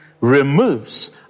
removes